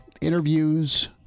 interviews